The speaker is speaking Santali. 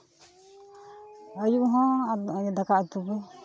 ᱟᱹᱭᱩᱵ ᱦᱚᱸ ᱫᱟᱠᱟ ᱩᱛᱩ ᱜᱮ